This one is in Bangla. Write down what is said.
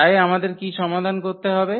তাই আমাদের কী সমাধান করতে হবে